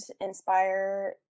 inspire